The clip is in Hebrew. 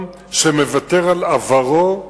עם שמוותר על עברו,